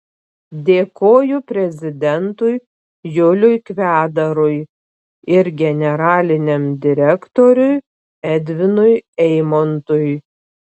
dėkoju prezidentui juliui kvedarui ir generaliniam direktoriui edvinui eimontui